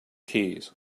keys